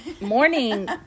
morning